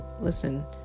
listen